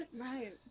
right